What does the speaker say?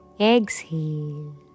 exhale